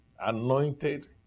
anointed